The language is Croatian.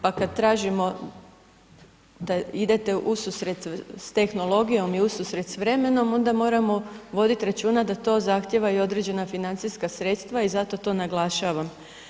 Pa kad tražimo da idete ususret s tehnologijom i ususret s vremenom onda moramo voditi računa da to zahtjeva i određena financijska sredstva i zato to naglašavam.